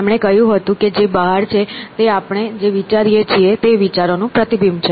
તેમણે કહ્યું કે જે બહાર છે તે આપણે જે વિચારીએ છીએ તે વિચારો નું પ્રતિબિંબ છે